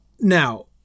Now